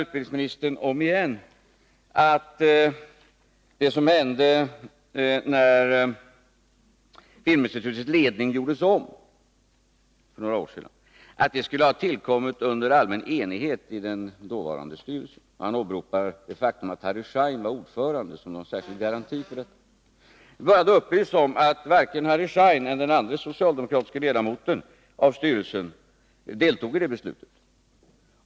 Utbildningsministern upprepar igen att den ändring av filminstitutets ledning som gjordes för några år sedan skulle ha tillkommit under allmän enighet i den dåvarande styrelsen. Han åberopar det faktum att Harry Schein var ordförande som något slags garanti för detta. Får jag då upplysa om att varken Harry Schein eller den andre socialdemokratiske ledamoten av styrelsen deltog i det beslutet.